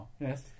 Yes